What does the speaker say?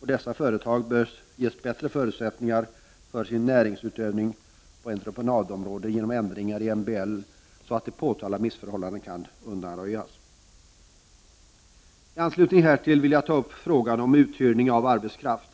Dessa företag bör ges bättre förutsättningar för sin näringsutövning på entreprenadområdet genom ändringar i MBL, så att de påtalade missförhållandena kan undanröjas. I anslutning härtill vill jag ta upp frågan om uthyrning av arbetskraft.